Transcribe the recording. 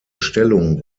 stellung